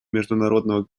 международного